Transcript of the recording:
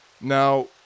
Now